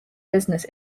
business